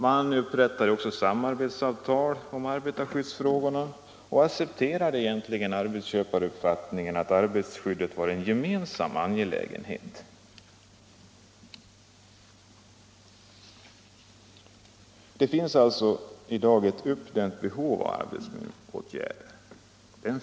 Man upprättade också samarbetsavtal om arbetarskyddsfrågorna och accepterade arbetsköparuppfattningen att arbetarskyddet var en ”gemensam angelägenhet”. Det finns alltså i dag ett uppdämt behov av arbetsmiljöåtgärder.